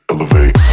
Elevate